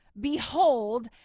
behold